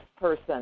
person